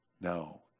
No